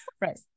Right